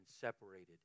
separated